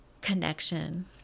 connection